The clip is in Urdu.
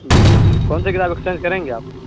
جی جی کون سی کتاب ایکسچینج کریں گے آپ